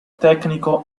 tecnico